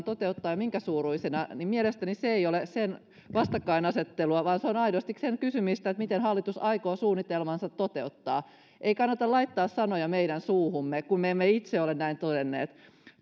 toteuttaa ja minkä suuruisina niin mielestäni se ei ole vastakkainasettelua vaan se on aidosti sen kysymistä miten hallitus aikoo suunnitelmansa toteuttaa ei kannata laittaa sanoja meidän suuhumme kun me emme itse ole näin todenneet